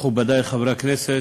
תודה, מכובדי חברי הכנסת,